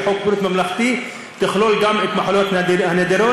חוק בריאות ממלכתי תכלול גם את המחלות הנדירות,